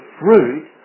fruit